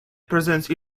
presence